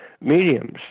mediums